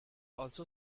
also